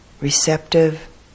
Receptive